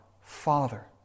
Father